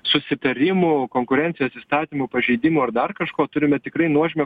susitarimų konkurencijos įstatymų pažeidimų ar dar kažko turime tikrai nuožmią